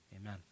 Amen